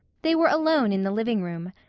they were alone in the living room.